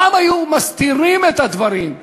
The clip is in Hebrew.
פעם היו מסתירים את הדברים,